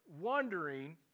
wondering